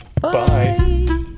Bye